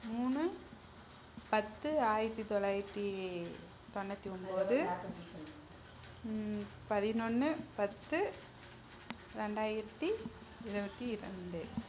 மூணு பத்து ஆயித்தி தொள்ளாயித்தி தொண்ணூற்றி ஒம்பது பதினொன்று பத்து ரெண்டாயிரத்தி இரபத்தி இரண்டு